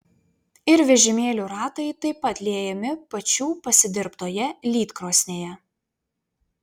ir vežimėlių ratai taip pat liejami pačių pasidirbtoje lydkrosnėje